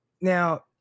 Now